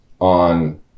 on